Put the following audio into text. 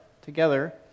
together